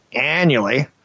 annually